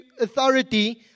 authority